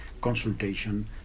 consultation